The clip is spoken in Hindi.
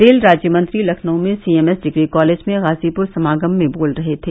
रेल राज्य मंत्री लखनऊ में सीएमएस डिग्री कॉलेज में गाजीपुर समागम में बोल रहे थे